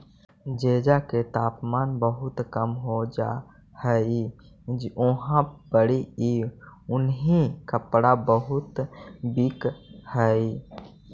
जेजा के तापमान बहुत कम हो जा हई उहाँ पड़ी ई उन्हीं कपड़ा बहुत बिक हई